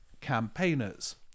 campaigners